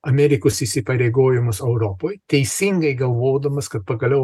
amerikos įsipareigojimus europoj teisingai galvodamas kad pagaliau